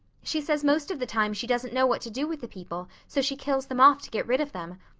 she says most of the time she doesn't know what to do with the people so she kills them off to get rid of them.